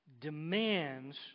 demands